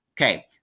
Okay